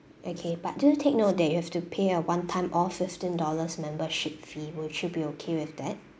okay but do take note that you have to pay a one time off fifteen dollars membership fee would you be okay with that